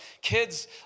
kid's